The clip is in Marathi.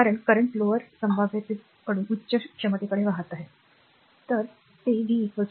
कारण करंट लोअर संभाव्यतेपासून उच्च क्षमतेकडे वाहत आहे बरोबर